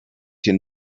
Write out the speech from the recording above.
den